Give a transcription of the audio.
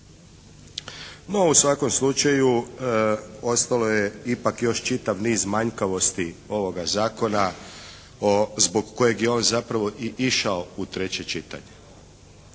u svakom slučaju ostalo je ipak još čitav niz manjkavosti ovoga zakona zbog kojeg je on zapravo i išao u treće čitanje.